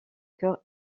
cœur